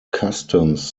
customs